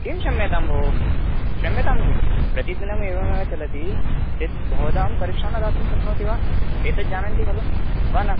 किं क्षम्यतां भोः क्षम्यतां किं प्रतिदिनम् एवमेव चलति यद् भवतां परीक्षां न दातुं शक्नोति वा एतद् जानन्ति खलु वा न